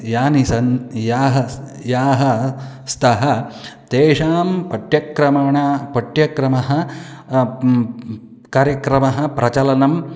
याः सन्ति याः याः स्तः तेषां पाठ्यक्रमेण पाठ्यक्रमः कार्यक्रमः प्रचलनम्